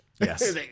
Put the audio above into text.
Yes